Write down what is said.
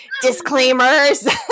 Disclaimers